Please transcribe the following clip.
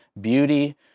beauty